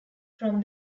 from